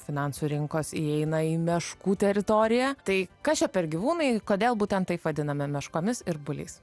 finansų rinkos įeina į meškų teritoriją tai kas čia per gyvūnai kodėl būtent taip vadiname meškomis ir buliais